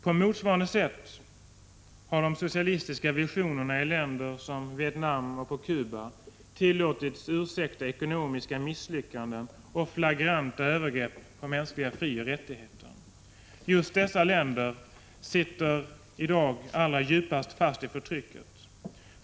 På motsvarande sätt har de socialistiska visionerna i länder som Vietnam och Cuba tillåtits ursäkta ekonomiska misslyckanden och flagranta övergrepp på mänskliga frioch rättigheter. Just dessa länder sitter i dag djupast fast i förtrycket.